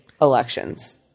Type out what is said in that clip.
elections